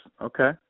okay